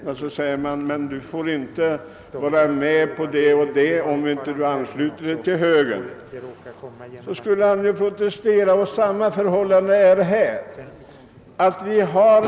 Skulle man sedan säga: »Du får inte göra det eller det, om du inte ansluter dig till högern», skulle han naturligtvis protestera. På samma sätt är det här.